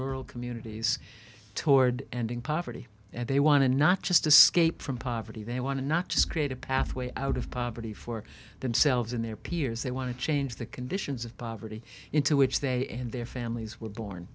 rural communities toward ending poverty and they want to not just escape from poverty they want to not just create a pathway out of poverty for themselves and their peers they want to change the conditions of poverty into which they and their families were born